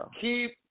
Keep